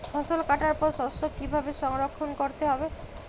ফসল কাটার পর শস্য কীভাবে সংরক্ষণ করতে হবে?